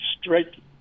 straight